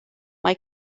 mae